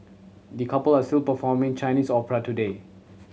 the couple are still performing Chinese opera today